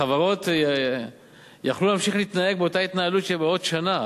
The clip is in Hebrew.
החברות היו יכולות להמשיך להתנהג באותה התנהלות כשבעוד שנה,